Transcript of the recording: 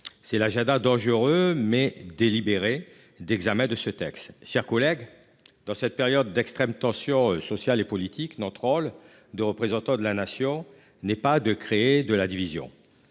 est l'agenda dangereux, mais délibéré, d'examen de ce texte. Mes chers collègues, dans cette période de tensions sociales et politiques extrêmes, notre rôle de représentant de la Nation n'est pas de créer de la division.